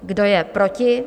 Kdo je proti?